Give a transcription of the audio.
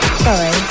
sorry